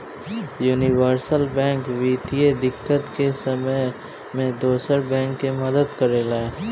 universal bank वित्तीय दिक्कत के समय में दोसर बैंक के मदद करेला